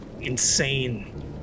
insane